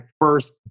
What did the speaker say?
first